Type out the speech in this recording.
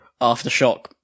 Aftershock